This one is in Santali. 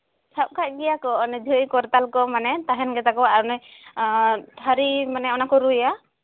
ᱥᱟᱵ ᱠᱟᱜ ᱜᱮᱭᱟ ᱠᱚ ᱚᱱᱮ ᱡᱷᱟᱺᱭ ᱠᱚᱨᱛᱟᱞ ᱠᱚ ᱢᱟᱱᱮ ᱛᱟᱦᱮᱱ ᱜᱮᱛᱟ ᱠᱚᱣᱟ ᱟᱨ ᱚᱱᱮ ᱛᱷᱟᱹᱨᱤ ᱢᱟᱱᱮ ᱚᱱᱟ ᱠᱚ ᱨᱩᱭᱟ